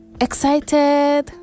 excited